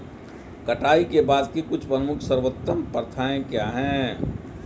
कटाई के बाद की कुछ प्रमुख सर्वोत्तम प्रथाएं क्या हैं?